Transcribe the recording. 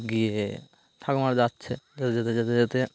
গিয়ে ঠাকুমারা যাচ্ছে যেতে যেতে যেতে যেতে